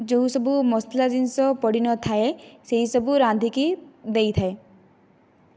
ଯେଉଁ ସବୁ ମସଲା ଜିନିଷ ପଡ଼ିନଥାଏ ସେହିସବୁ ରାନ୍ଧିକି ଦେଇଥାଏ